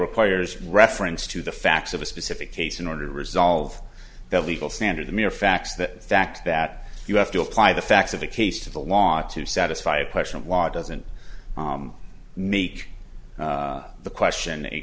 requires reference to the facts of a specific case in order to resolve that legal standard the mere fact that fact that you have to apply the facts of the case to the law to satisfy a question of law doesn't make the question a